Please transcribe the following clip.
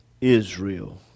Israel